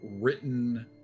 written